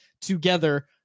together